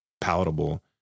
palatable